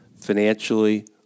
financially